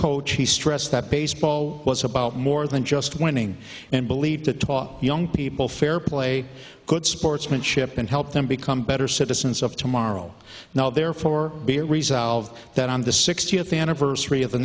coach he stressed that baseball was about more than just winning and believed it taught young people fair play good sportsmanship and help them become better citizens of tomorrow now therefore be resolved that on the sixtieth anniversary of the